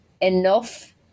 enough